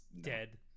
dead